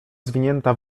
zwinięta